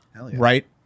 Right